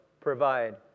provide